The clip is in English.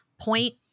point